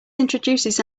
introduces